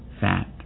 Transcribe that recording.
fat